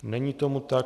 Není tomu tak.